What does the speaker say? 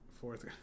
fourth